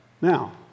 Now